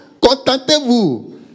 Contentez-vous